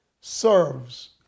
serves